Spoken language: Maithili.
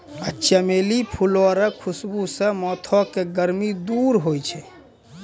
चमेली फूल रो खुशबू से माथो के गर्मी दूर होय छै